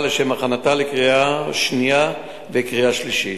לשם הכנתה לקריאה שנייה וקריאה שלישית.